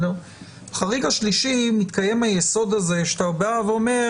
החריג השלישי מתקיים היסוד הזה שאתה בא ואומר